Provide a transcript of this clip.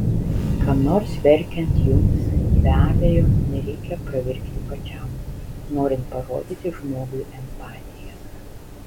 kam nors verkiant jums be abejo nereikia pravirkti pačiam norint parodyti žmogui empatiją